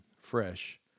fresh